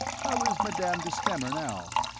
how is madame de stamer, now?